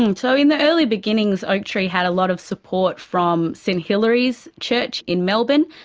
and so in the early beginnings, oaktree had a lot of support from st hilary's church in melbourne,